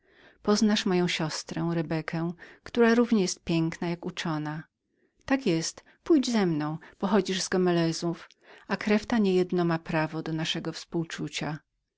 poznasz moją siostrę rebekę która równie jest piękną jak uczoną tak jest pójdź ze mną pochodzisz z gomelezów a krew ta nie jedno ma prawo do naszego współczucia